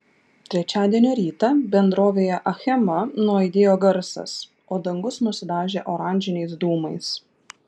trečiadienio rytą bendrovėje achema nuaidėjo garsas o dangus nusidažė oranžiniais dūmais